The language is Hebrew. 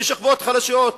ושכבות חלשות,